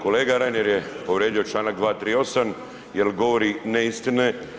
Kolega Reiner je povrijedio članak 238. jer govori neistine.